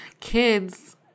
kids